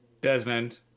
Desmond